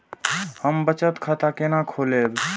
हम बचत खाता केना खोलैब?